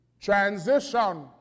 Transition